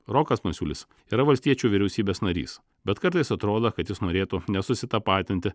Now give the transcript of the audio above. rokas masiulis yra valstiečių vyriausybės narys bet kartais atrodo kad jis norėtų nesusitapatinti